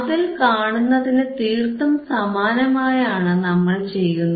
അതിൽ കാണുന്നതിനു തീർത്തും സമാനമായാണ് നമ്മൾ ചെയ്യുന്നത്